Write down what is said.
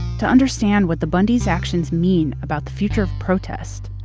to understand what the bundys' actions mean about the future of protest,